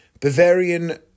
Bavarian